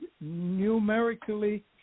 numerically